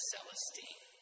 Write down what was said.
Celestine